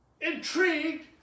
intrigued